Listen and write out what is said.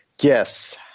Yes